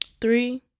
Three